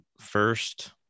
first